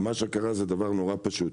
מה שקרה זה דבר נורא פשוט: